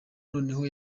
noneho